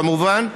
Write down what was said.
כמובן.